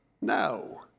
No